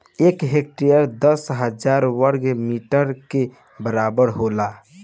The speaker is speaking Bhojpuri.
एक हेक्टेयर दस हजार वर्ग मीटर के बराबर होला